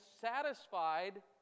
satisfied